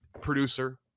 Producer